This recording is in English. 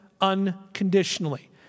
unconditionally